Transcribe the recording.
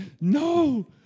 No